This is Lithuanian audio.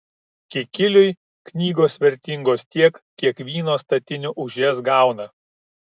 kikiliui knygos vertingos tiek kiek vyno statinių už jas gauna